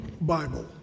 Bible